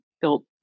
built